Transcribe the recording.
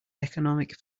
economic